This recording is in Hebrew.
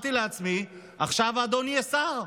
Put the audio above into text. אמרתי לעצמי: עכשיו האדון יהיה שר,